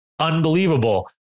Unbelievable